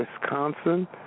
Wisconsin